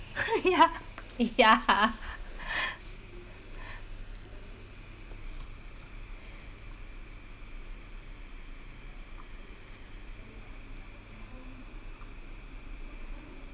ya ya